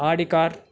Audi car